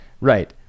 Right